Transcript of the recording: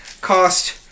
cost